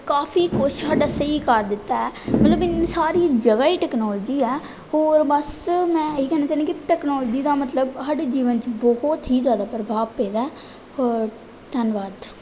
ਕਾਫ਼ੀ ਕੁਛ ਸਾਡਾ ਸਹੀ ਕਰ ਦਿੱਤਾ ਹੈ ਮਤਲਬ ਇਨ ਸਾਰੀ ਜਗ੍ਹਾ ਹੀ ਟੈਕਨੋਲਜੀ ਹੀ ਹੋਰ ਬਸ ਮੈਂ ਇਹ ਹੀ ਕਹਿਣਾ ਚਾਹੁੰਦੀ ਕਿ ਟੈਕਨੋਲਜੀ ਦਾ ਮਤਲਬ ਸਾਡੇ ਜੀਵਨ 'ਚ ਬਹੁਤ ਹੀ ਜ਼ਿਆਦਾ ਪ੍ਰਭਾਵ ਪਏ ਦਾ ਹੋਰ ਧੰਨਵਾਦ